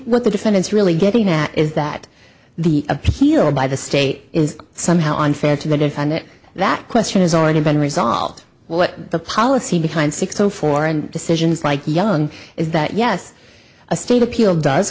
what the defendant's really getting at is that the appeal by the state is somehow unfair to the defined it that question has already been resolved what the policy behind six o four and decisions like young is that yes a state appeal does